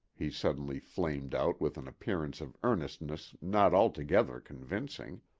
he suddenly flamed out with an appearance of earnestness not altogether convincing,